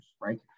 right